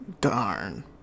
Darn